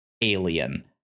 alien